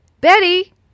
Betty